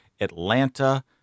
Atlanta